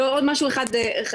לא, עוד משהו אחד חשוב.